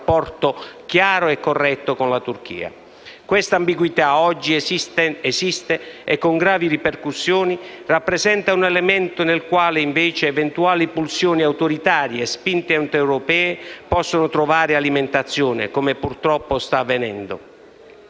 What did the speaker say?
un rapporto chiaro e corretto con la Turchia. Questa ambiguità, oggi esistente, con gravi ripercussioni, rappresenta un elemento nel quale, invece, eventuali pulsioni autoritarie e spinte antieuropee possono trovare alimentazione, come purtroppo sta avvenendo.